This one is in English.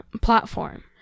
platform